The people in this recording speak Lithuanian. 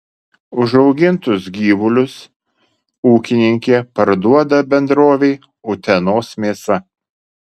užaugintus gyvulius ūkininkė parduoda bendrovei utenos mėsa